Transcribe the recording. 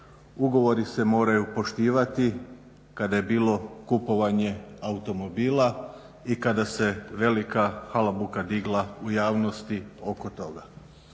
ugovori se moraju poštivati, kada je bilo kupovanje automobila i kada se velika halabuka digla u javnosti oko toga.